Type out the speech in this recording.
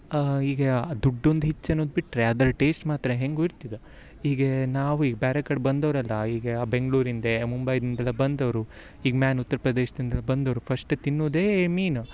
ಹೀಗೆ ಆ ದುಡ್ಡೊಂದು ಹೆಚ್ಚು ಅನ್ನುದ ಬಿಟ್ಟರೆ ಅದರ ಟೆಶ್ಟ್ ಮಾತ್ರ ಹೇಗು ಇರ್ತಿದೊ ಈಗೇ ನಾವು ಈ ಬ್ಯಾರೆ ಕಡ್ ಬಂದೋರು ಎಲ್ಲ ಈಗ ಬೆಂಗ್ಳೂರಿಂದ ಮುಬೈಯಿಂದೆಲ್ಲ ಬಂದೋರು ಈಗ ಮ್ಯಾನ್ ಉತ್ತರ್ ಪ್ರದೇಶ್ದಿಂದ ಬಂದೋರು ಫಶ್ಟ್ ತಿನ್ನೋದೇ ಮೀನು